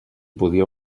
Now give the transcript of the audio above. podia